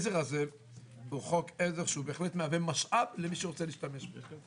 העזר הזה הוא חוק עזר שמהווה משאב למי שרוצה להשתמש בזה.